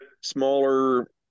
smaller